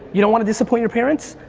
you don't want to disappoint your parents,